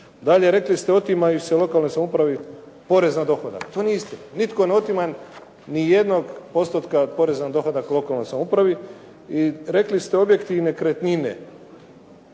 Dalje, rekli ste otimaju se lokalnoj samoupravi porez na dohodak. To nije istina. Nitko ne otima nijednog postotka poreza na dohodak lokalnoj samoupravi. I rekli ste objekti i nekretnine.